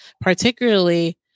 Particularly